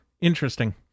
Interesting